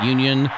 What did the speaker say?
Union